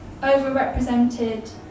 overrepresented